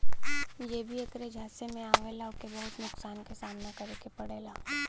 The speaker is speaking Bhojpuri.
जे भी ऐकरे झांसे में आवला ओके बहुत नुकसान क सामना करे के पड़ेला